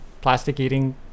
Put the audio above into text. plastic-eating